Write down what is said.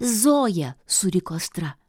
zoja suriko astra